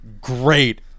great